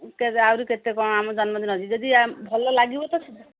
ଆହୁରି କେତେ କ'ଣ ଆମ ଜନ୍ମଦିନ ଅଛି ଯଦି ଭଲ ଲାଗିବ ତ